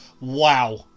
wow